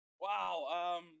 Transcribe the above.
Wow